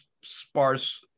sparse